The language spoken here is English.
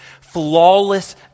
flawless